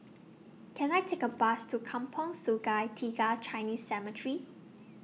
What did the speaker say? Can I Take A Bus to Kampong Sungai Tiga Chinese Cemetery